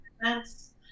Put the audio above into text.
events